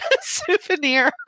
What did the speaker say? souvenir